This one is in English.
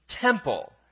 temple